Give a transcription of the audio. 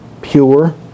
pure